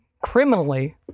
criminally